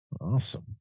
Awesome